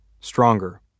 stronger